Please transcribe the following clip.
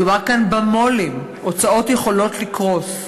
מדובר כאן במו"לים, הוצאות יכולות לקרוס.